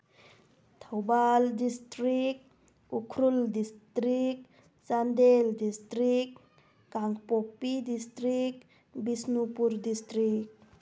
Thoubal district Ukhrul district Chandel district Kangpokpi district Bishnupur district